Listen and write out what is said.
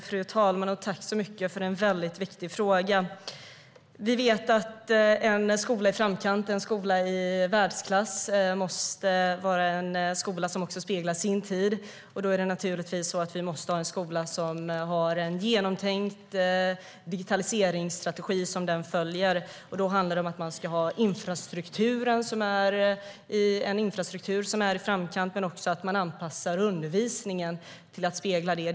Fru talman! Tack så mycket för en mycket viktig fråga! Vi vet att en skola i framkant, en skola i världsklass, måste vara en skola som också speglar sin tid. Då måste vi ha en skola med en genomtänkt digitaliseringsstrategi som den följer. Det handlar om att man ska ha en infrastruktur i framkant men också att man anpassar undervisningen till att spegla det.